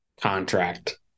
contract